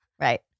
Right